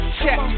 check